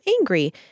angry